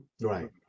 Right